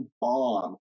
bomb